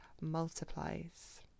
multiplies